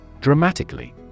Dramatically